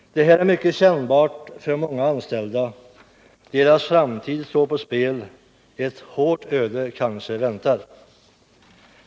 Osäkerheten är mycket kännbar för många anställda. Deras framtid står på spel. Ett hårt öde kanske väntar.